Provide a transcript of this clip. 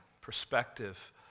perspective